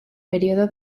periodo